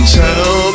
tell